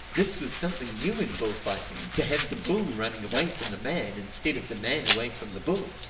this was something new in bullfighting, to have the bull running away from the man, instead of the man away from the bull.